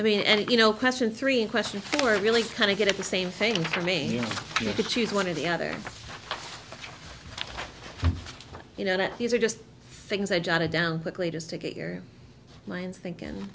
i mean and you know question three in question were really kind of good at the same thing for me to choose one of the other you know that these are just things i jotted down quickly just to get your minds think